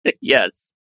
Yes